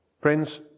Friends